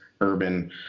Urban